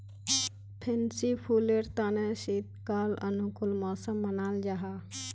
fancy फुलेर तने शीतकाल अनुकूल मौसम मानाल जाहा